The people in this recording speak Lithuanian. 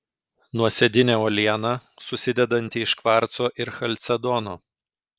nuosėdinė uoliena susidedanti iš kvarco ir chalcedono